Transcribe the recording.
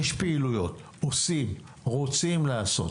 יש פעילויות, עושים, רוצים לעשות.